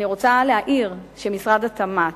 אני רוצה להעיר שמשרד התמ"ת,